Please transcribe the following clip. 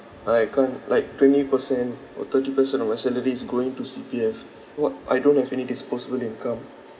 I can't like twenty percent or thirty percent of my salary is going to C_P_F what I don't have any disposable income